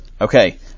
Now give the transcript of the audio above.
Okay